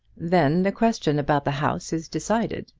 then the question about the house is decided,